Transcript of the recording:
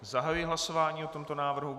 Zahajuji hlasování o tomto návrhu.